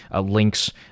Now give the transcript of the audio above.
links